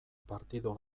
partido